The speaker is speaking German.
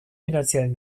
finanziellen